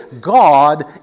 God